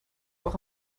auch